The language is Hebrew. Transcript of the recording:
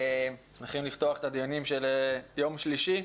שמחים לפתוח את הדיונים של יום שלישי,